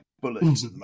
bullets